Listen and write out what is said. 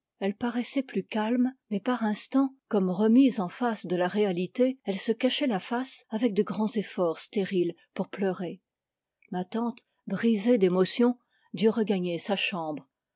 elle paraissait plus calme mais par instants comme remise en face de la réalité elle se cachait la face avec de grands efforts stériles pour pleurer ma tante brisée d'émotion dutregagnersa chambre